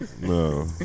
No